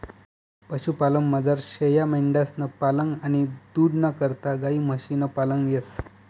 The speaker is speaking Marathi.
पशुपालनमझार शेयामेंढ्यांसनं पालन आणि दूधना करता गायी म्हशी पालन येस